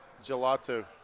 gelato